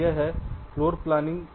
वह है floor planning